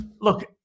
Look